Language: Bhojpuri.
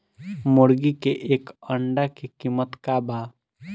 मुर्गी के एक अंडा के कीमत का बा?